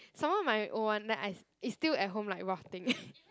some more my old one then I is still at home like rotting